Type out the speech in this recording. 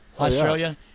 Australia